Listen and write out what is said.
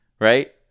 right